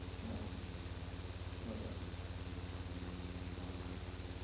ꯑ ꯍꯣꯏ ꯍꯣꯏ ꯑ ꯊꯝꯃꯦ